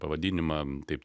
pavadinimą taip